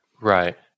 Right